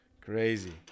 Crazy